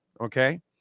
okay